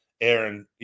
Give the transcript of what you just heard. Aaron